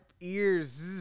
ears